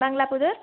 Bangalapudur